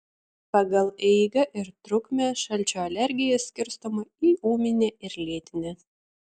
pagal eigą ir trukmę šalčio alergija skirstoma į ūminę ir lėtinę